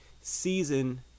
season